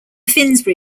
finsbury